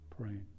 praying